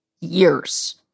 years